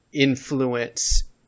influence